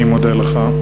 אני מודה לך.